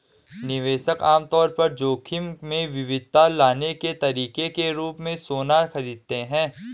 निवेशक आम तौर पर जोखिम में विविधता लाने के तरीके के रूप में सोना खरीदते हैं